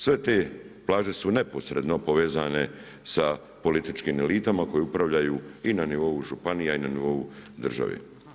Sve te plaže su neposredno povezane sa političkim elitama koje upravljaju i na nivou županija i na nivou države.